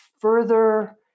further